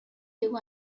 viu